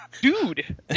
Dude